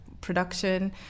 production